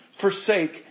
forsake